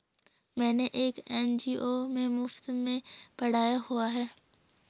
मैंने एक एन.जी.ओ में मुफ़्त में पढ़ाया हुआ है